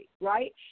right